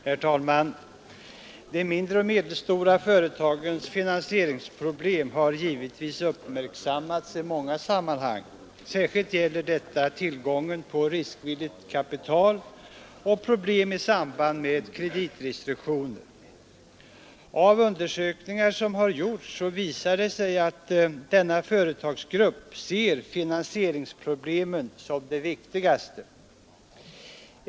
Herr talman! De mindre och medelstora företagens finansieringsproblem har givetvis uppmärksammats i många sammanhang. S'.rskilt gäller detta tillgången på riskvilligt kapital och problem i samband med kreditrestriktioner. Av undersökningar som har gjorts visar det sig att denna företagargrupp ser finansieringsproblemen som de viktigaste.